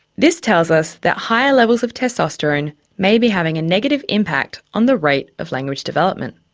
this tells us that higher levels of testosterone may be having a negative impact on the rate of language development.